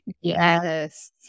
Yes